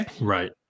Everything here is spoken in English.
Right